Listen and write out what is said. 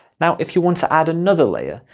now, if you want to add another layer,